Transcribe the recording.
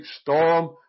storm